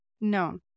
no